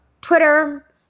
Twitter